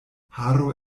haro